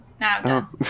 Now